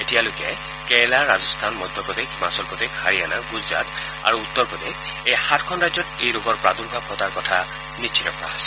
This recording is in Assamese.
এতিয়ালৈকে কেৰালা ৰাজস্থান মধ্যপ্ৰদেশ হিমাচল প্ৰদেশ হাৰিয়ানা গুজৰাট আৰু উত্তৰ প্ৰদেশ এই সাতখন ৰাজ্যত এই ৰোগ হোৱাটো নিশ্চিত কৰিছে